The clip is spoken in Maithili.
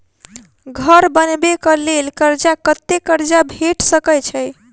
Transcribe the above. घर बनबे कऽ लेल कर्जा कत्ते कर्जा भेट सकय छई?